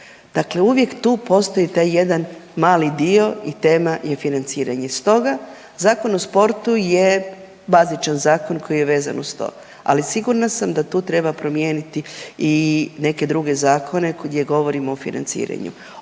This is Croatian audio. dakle uvijek tu postoji taj jedan mali dio i tema je financiranje. Stoga Zakon o sportu je bazičan zakon koji je vezan uz to, ali sigurna sam da tu treba promijeniti i neke druge zakone gdje govorimo o financiranju